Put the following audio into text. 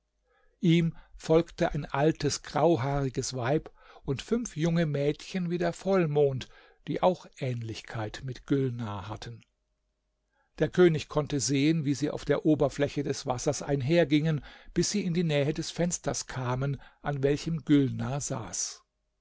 ihm folgte ein altes grauhaariges weib und fünf junge mädchen wie der vollmond die auch ähnlichkeit mit gülnar hatten der könig konnte sehen wie sie auf der oberfläche des wassers einhergingen bis sie in die nähe des fensters kamen an welchem gülnar saß